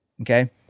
Okay